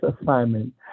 assignment